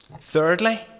Thirdly